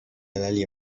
الملی